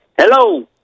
Hello